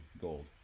gold